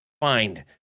find